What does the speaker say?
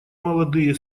молодые